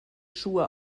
schuhe